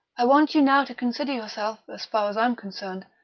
i want you now to consider yourself, as far as i'm concerned,